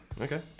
Okay